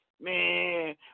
man